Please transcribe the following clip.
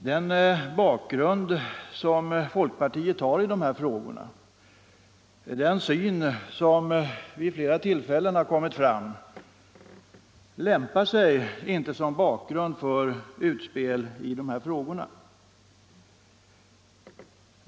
Den bakgrund som folkpartiet har i dessa frågor, den syn som vid flera tillfällen har kommit fram, lämpar sig inte som bakgrund för utspel i dessa frågor.